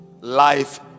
life